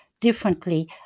differently